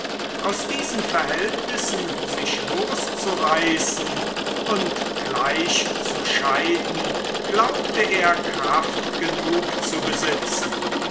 aus diesen verhältnissen sich loszureißen und gleich zu scheiden glaubte er kraft genug zu besitzen